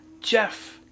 Jeff